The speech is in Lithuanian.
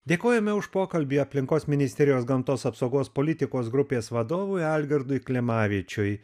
dėkojame už pokalbį aplinkos ministerijos gamtos apsaugos politikos grupės vadovui algirdui klimavičiui